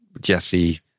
Jesse